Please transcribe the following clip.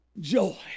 joy